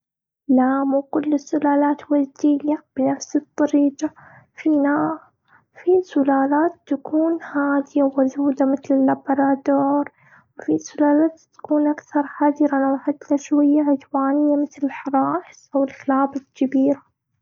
لا مو كل السلالات ودية بنفس الطريقه فينا. في سلالات تكون هاديه وودوده مثل لابرادور. وفي سلالات تكون اكثر حاديه لو حتى شوي عدوانية مثل الحراس او الكلاب الكبيرة.